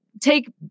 Take